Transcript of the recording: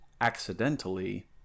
accidentally